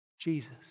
Jesus